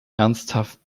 ernsthaft